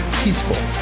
peaceful